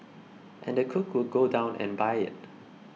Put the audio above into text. and the cook would go down and buy it